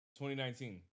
2019